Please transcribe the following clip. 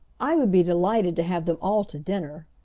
i would be delighted to have them all to dinner,